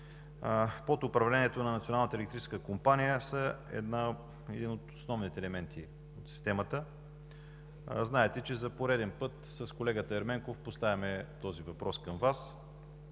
компания са един от основните елементи от системата. Знаете, че за пореден път с колегата Ерменков поставяме този въпрос към Вас.